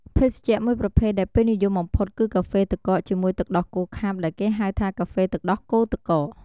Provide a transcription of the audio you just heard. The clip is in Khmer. ភេសជ្ជៈមួយប្រភេទដែលពេញនិយមបំផុតគឺកាហ្វេទឹកកកជាមួយទឹកដោះគោខាប់ដែលគេហៅថាកាហ្វេទឹកដោះគោទឹកកក។